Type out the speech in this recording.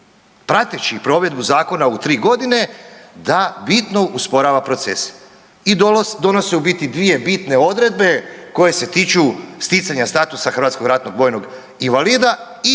praktički provedbu zakona u 3 godine da bitno usporava procese i donosi u biti 2 bitne odredbe koje se tiču sticanja statusa hrvatskog ratnog vojnog invalida i